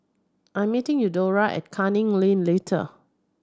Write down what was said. I'm meeting Eudora at Canning Lane latter